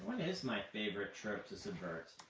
is my favorite trope to subvert?